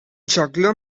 juggler